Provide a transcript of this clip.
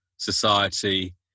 society